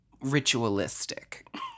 ritualistic